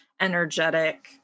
energetic